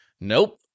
nope